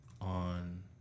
on